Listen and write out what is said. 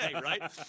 right